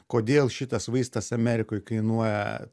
kodėl šitas vaistas amerikoj kainuoja